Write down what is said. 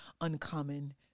uncommon